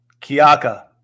Kiaka